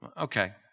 Okay